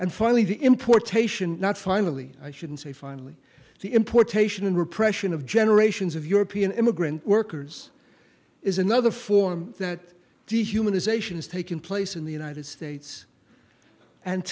and finally the importation not finally i shouldn't say finally the importation and repression of generations of european immigrant workers is another form that dehumanization is taking place in the united states and